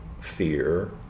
fear